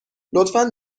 لطفا